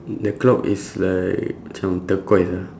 the clock is like macam turquoise ah